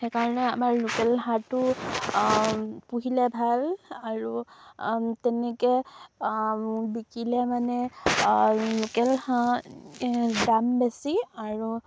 সেইকাৰণে আমাৰ লোকেল হাঁহটো পুহিলে ভাল আৰু তেনেকৈ বিকিলে মানে লোকেল হাঁহৰ দাম বেছি আৰু